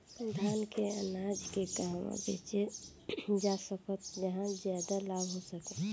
धान के अनाज के कहवा बेचल जा सकता जहाँ ज्यादा लाभ हो सके?